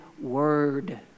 word